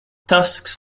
tusks